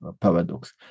paradox